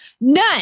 None